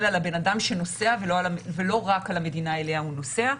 על בן אדם שנוסע ולא רק על המדינה אליה הוא נוסע.